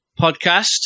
podcast